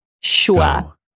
sure